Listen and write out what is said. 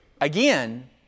again